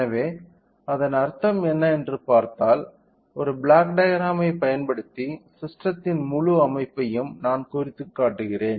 எனவே அதன் அர்த்தம் என்ன என்று பார்த்தால் ஒரு பிளாக் டயக்ராம் ஐ பயன்படுத்தி ஸிஸ்டெத்தின் முழு அமைப்பையும் நான் குறித்துக்காட்டுகிறேன்